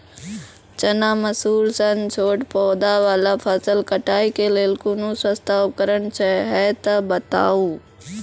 चना, मसूर सन छोट पौधा वाला फसल कटाई के लेल कूनू सस्ता उपकरण हे छै तऽ बताऊ?